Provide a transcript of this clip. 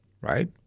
right